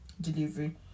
delivery